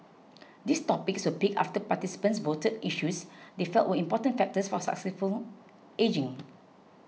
these topics were picked after participants voted for issues they felt were important factors for successful ageing